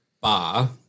bar